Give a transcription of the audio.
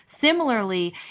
similarly